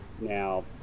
Now